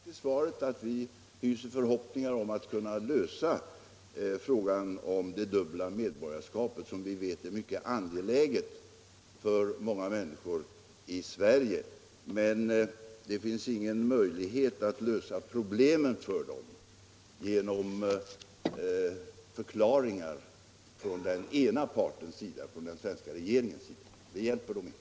Herr talman! Jag har i mitt svar sagt att vi hyser förhoppningar om att kunna lösa frågan om det dubbla medborgarskapet som vi vet är mycket angelägen för många människor i Sverige. Det finns emellertid ingen möjlighet att lösa problemen för de människor det här gäller genom att avge ensidiga förklaringar från Sveriges sida — sådana förklaringar hjälper dem inte.